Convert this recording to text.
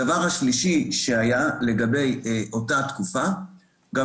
הדבר השלישי שהיה לגבי אותה תקופה הוא שגם